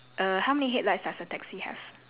err how many headlights does the taxi have